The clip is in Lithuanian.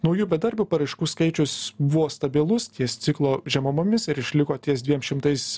naujų bedarbių paraiškų skaičius buvo stabilus ties ciklo žemumomis ir išliko ties dviem šimtais